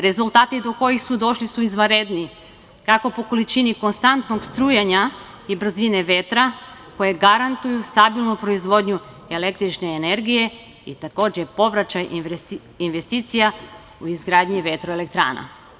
Rezultati do kojih su došli su izvanredni, kako po količini konstantnog strujanja i brzine vetra, koji garantuju stabilnu proizvodnju električne energije i takođe, povraćaj investicija u izgradnji vetro-elektrana.